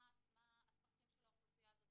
מה הצרכים של האוכלוסייה הזאת,